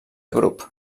grup